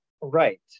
Right